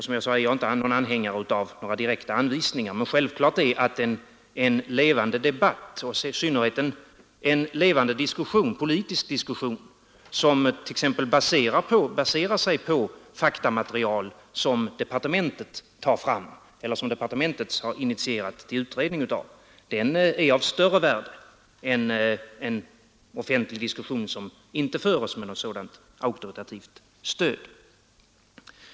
Som jag sagt är jag inte heller någon anhängare av direkta anvisningar, men självklart är att en levande politisk diskussion, som baserar sig på faktamaterial som departementet initierat i utredning, är av större värde än en offentlig debatt som inte förs med ett sådant auktoritativt stöd.